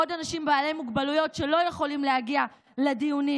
עוד אנשים בעלי מוגבלויות שלא יכולים להגיע לדיונים,